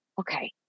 Okay